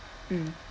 mm